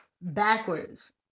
backwards